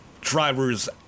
drivers